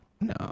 No